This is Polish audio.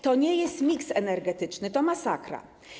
To nie jest miks energetyczny, to masakra.